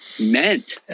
meant